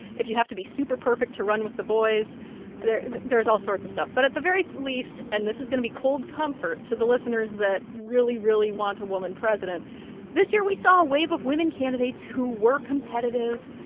if you have to be super perfect to run with the boys there's all sorts of stuff. but at the very least and this is going to be cold comfort to the listeners that really, really want a woman president this year, we saw a wave of women candidates who were competitive,